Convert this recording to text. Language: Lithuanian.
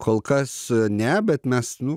kol kas ne bet mes nu